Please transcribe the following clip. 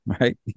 right